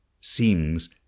seems